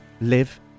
live